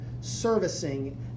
servicing